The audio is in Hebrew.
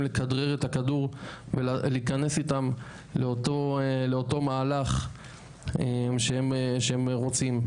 לכדרר את הכדור ולהיכנס איתם לאותו מהלך שהם רוצים,